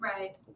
Right